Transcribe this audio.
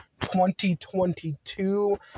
2022